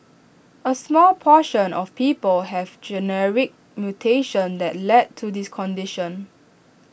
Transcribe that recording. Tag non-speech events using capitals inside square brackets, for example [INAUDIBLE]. A small proportion of people have [UNINTELLIGIBLE] mutations that lead to this condition